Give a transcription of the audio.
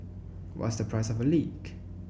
what's the price of a leak